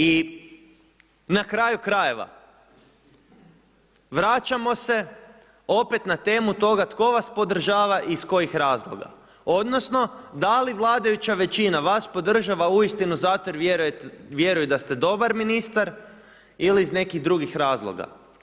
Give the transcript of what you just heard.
I na kraju krajeva, vraćamo se opet na temu toga tko vas podržava i iz kojih razloga, odnosno da li vladajuća većina vaš podržava uistinu zato jer vjeruju da ste dobar ministar ili iz nekih drugih razloga.